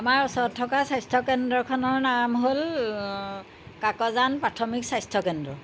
আমাৰ ওচৰত থকা স্বাস্থ্য কেন্দ্ৰখনৰ নাম হ'ল কাকজান প্ৰাথমিক স্বাস্থ্য কেন্দ্ৰ